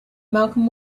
malcolm